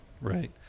right